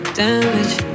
damage